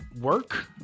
work